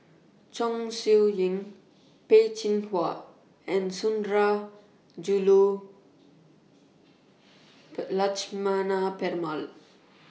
Chong Siew Ying Peh Chin Hua and Sundarajulu Lakshmana